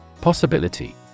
Possibility